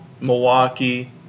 Milwaukee